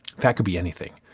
fat could be anything.